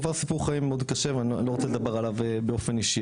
הוא עבר סיפור חיים מאוד קשה ואני לא רוצה לדבר עליו באופן אישי,